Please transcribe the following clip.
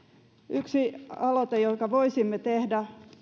yksi aloite jonka voisimme